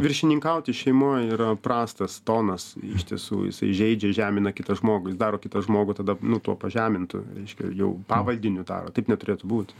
viršininkauti šeimoj yra prastas tonas iš tiesų jisai žeidžia žemina kitą žmogų jis daro kitą žmogų tada nu tuo pažemintu reiškia jau pavaldiniu daro taip neturėtų būt